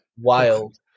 wild